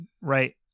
Right